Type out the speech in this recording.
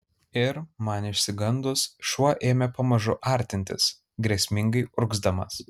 ir man išsigandus šuo ėmė pamažu artintis grėsmingai urgzdamas